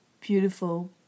Beautiful